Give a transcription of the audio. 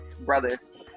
Brothers